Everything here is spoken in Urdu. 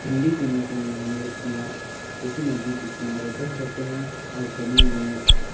ٹھنڈی کے موسم میں ہم لوگ کار کوش ندی کے کنارے بس جاتے ہیں اور گرمی میں